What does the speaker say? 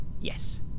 Yes